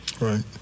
right